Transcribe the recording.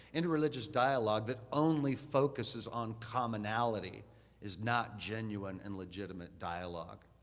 interreligious dialogue that only focuses on commonality is not genuine in legitimate dialogue.